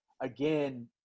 again